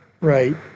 right